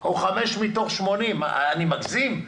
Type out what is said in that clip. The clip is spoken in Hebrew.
או מתוך 80. אני מגזים?